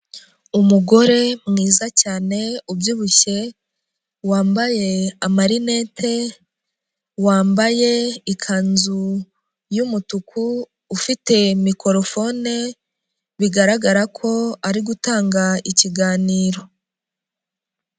Umugore mwiza cyane ubyibushye, wambaye amarinete, wambaye ikanzu y'umutuku, ufite mikorofone, bigaragara ko ari gutanga ikiganiro.